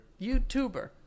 YouTuber